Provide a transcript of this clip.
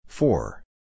Four